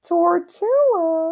Tortilla